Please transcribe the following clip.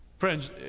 Friends